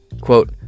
Quote